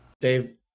Dave